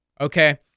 Okay